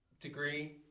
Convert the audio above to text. degree